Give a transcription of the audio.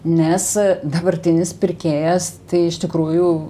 nes dabartinis pirkėjas tai iš tikrųjų